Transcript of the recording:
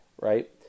Right